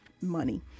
money